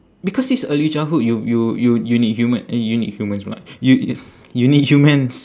because it's early childhood you you you you need huma~ eh you need humans pula y~ you need humans